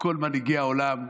עם כל מנהיגי העולם.